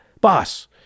Boss